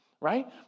right